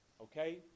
okay